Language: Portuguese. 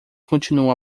continuou